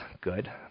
Good